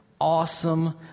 awesome